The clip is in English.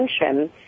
attention